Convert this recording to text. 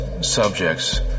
subjects